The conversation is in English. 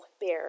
bear